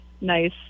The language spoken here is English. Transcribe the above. nice